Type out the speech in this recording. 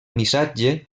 missatge